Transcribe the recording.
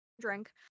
drink